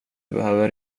behöver